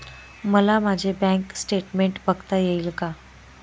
मला माझे bank statement बघता येईल का?